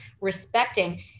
respecting